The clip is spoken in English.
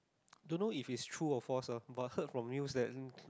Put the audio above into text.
don't know if is true or false lah but heard from news than